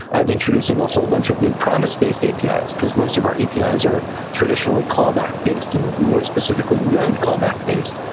of introducing a whole bunch of new promise-based apis. because most of our apis are traditionally callback-based and more specifically node callback based,